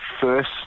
first